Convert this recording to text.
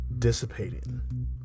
dissipating